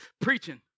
preaching